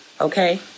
Okay